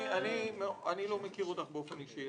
אני לא מכיר אותך באופן אישי,